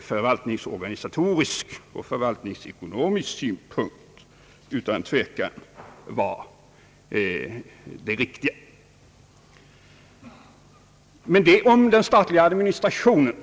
förvaltningsorganisatorisk och förvaltningsekonomisk synpunkt utan tvekan vara det riktiga. Detta om den statliga administrationen.